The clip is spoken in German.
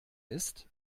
ist